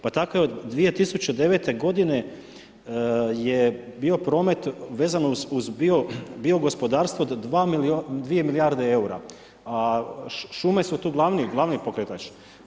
Pa tako i od 2009. godine je bio promet vezan uz biogospodarstvo od 2 milijarde eura, a šume su tu glavni pokretač.